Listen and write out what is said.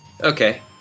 Okay